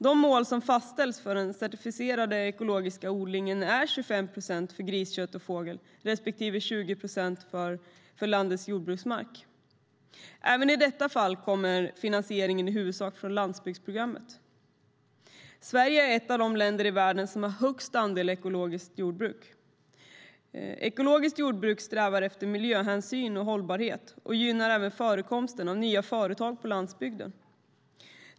De mål som fastställts för den certifierade ekologiska odlingen är 25 procent för griskött och fågel respektive 20 procent för landets jordbruksmark. Även i detta fall kommer finansieringen i huvudsak från landsbygdsprogrammet. Sverige är ett av de länder i världen som har högst andel ekologiskt jordbruk. Ekologiskt jordbruk strävar efter miljöhänsyn och hållbarhet och gynnar även förekomsten av nya företag på landsbygden.